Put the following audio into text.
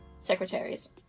secretaries